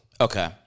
Okay